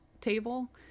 table